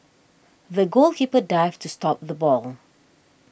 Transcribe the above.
the goalkeeper dived to stop the ball